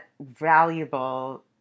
valuable